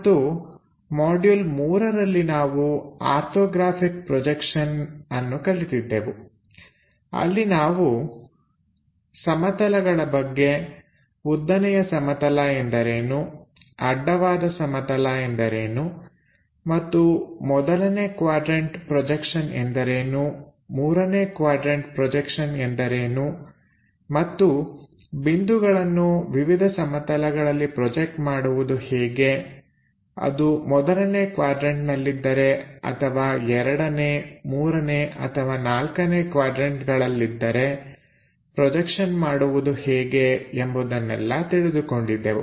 ಮತ್ತು ಮಾಡ್ಯೂಲ್ 3ರಲ್ಲಿ ನಾವು ಆರ್ಥೋಗ್ರಾಫಿಕ್ ಪ್ರೊಜೆಕ್ಷನ್ನ್ನು ಕಲಿತಿದ್ದೆವು ಅಲ್ಲಿ ನಾವು ಸಮತಲಗಳ ಬಗ್ಗೆ ಉದ್ದನೆಯ ಸಮತಲ ಎಂದರೇನು ಅಡ್ಡವಾದ ಸಮತಲ ಎಂದರೇನು ಮತ್ತು ಮೊದಲನೇ ಕ್ವಾಡ್ರನ್ಟ ಪ್ರೊಜೆಕ್ಷನ್ ಎಂದರೇನು ಮೂರನೇ ಕ್ವಾಡ್ರನ್ಟ ಪ್ರೊಜೆಕ್ಷನ್ ಎಂದರೇನು ಮತ್ತು ಮತ್ತು ಬಿಂದುಗಳನ್ನು ವಿವಿಧ ಸಮತಲಗಳಲ್ಲಿ ಪ್ರೊಜೆಕ್ಟ್ ಮಾಡುವುದು ಹೇಗೆ ಅದು ಮೊದಲನೇ ಕ್ವಾಡ್ರನ್ಟನಲ್ಲಿದ್ದರೆ ಅಥವಾ ಎರಡನೇ ಮೂರನೇ ಅಥವಾ ನಾಲ್ಕನೇ ಕ್ವಾಡ್ರನ್ಟಗಳಲ್ಲಿದ್ದರೆ ಪ್ರೊಜೆಕ್ಷನ್ ಮಾಡುವುದು ಹೇಗೆ ಎಂಬುದನ್ನೆಲ್ಲಾ ತಿಳಿದುಕೊಂಡಿದ್ದೆವು